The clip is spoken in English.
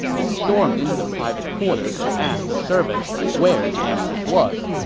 they stormed into the private quarters and asked the servants where the empress was.